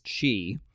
chi